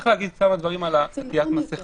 יש לומר כמה דברים על עטיית מסיכה.